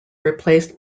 replaced